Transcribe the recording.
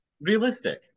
Realistic